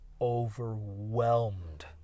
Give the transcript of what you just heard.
overwhelmed